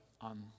on